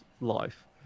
life